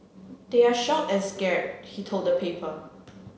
they're shocked and scared he told the paper